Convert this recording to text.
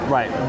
Right